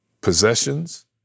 possessions